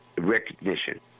recognition